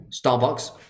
Starbucks